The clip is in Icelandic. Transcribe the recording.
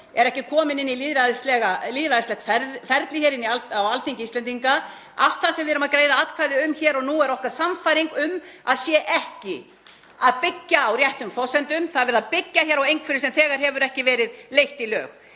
er ekki komin inn í lýðræðislegt ferli hér inni á Alþingi Íslendinga. Allt það sem við erum að greiða atkvæði um hér og nú, það er okkar sannfæring að það byggi ekki á réttum forsendum. Það er verið að byggja á einhverju sem hefur ekki verið leitt í lög.